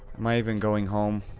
am i even going home?